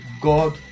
god